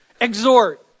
exhort